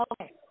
Okay